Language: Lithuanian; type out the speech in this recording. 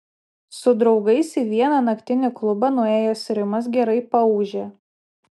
su draugais į vieną naktinį klubą nuėjęs rimas gerai paūžė